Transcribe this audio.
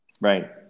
Right